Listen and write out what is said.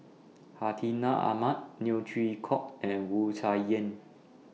Hartinah Ahmad Neo Chwee Kok and Wu Tsai Yen